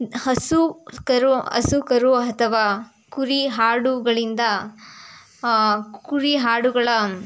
ಹಸು ಕರು ಹಸು ಕರು ಅಥವಾ ಕುರಿ ಆಡುಗಳಿಂದ ಕುರಿ ಆಡುಗಳ